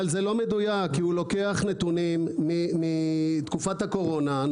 אבל זה לא מדויק כי הוא לוקח נתונים מתקופת הקורונה,